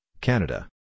Canada